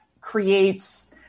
creates